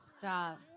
Stop